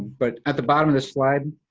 but at the bottom of the slide,